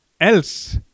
else